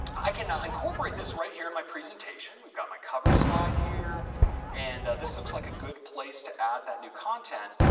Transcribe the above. i can now incorporate this right here in my presentation. we've got my cover slide here and this looks like a good place to add that new content.